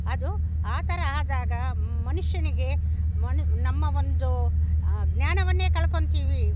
ಅದು ಆ ಥರ ಆದಾಗ ಮನುಷ್ಯನಿಗೆ ಮನು ನಮ್ಮ ಒಂದು ಜ್ಞಾನವನ್ನೇ ಕಳ್ಕೊಂತೀವಿ